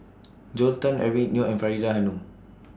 Joel Tan Eric Neo and Faridah Hanum